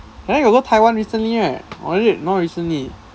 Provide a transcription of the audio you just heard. eh you got go taiwan recently right or is it not recently